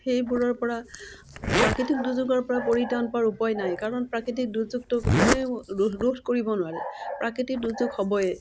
সেইবোৰৰপৰা প্ৰাকৃতিক দুৰ্যোগৰপৰা পৰিত্ৰাণ পোৱাৰ উপায় নাই কাৰণ প্ৰাকৃতিক দুৰ্যোগটো কোনেও ৰোধ কৰিব নোৱোৰে প্ৰাকৃতিক দুৰ্যোগ হ'বয়ে